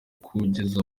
kugeza